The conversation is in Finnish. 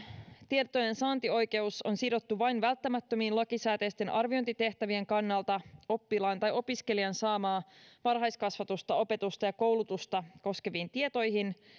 tietojensaantioikeus on sidottu vain lakisääteisten arviointitehtävien kannalta välttämättömiin oppilaan tai opiskelijan saamaa varhaiskasvatusta opetusta ja koulutusta koskeviin tietoihin